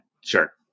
Sure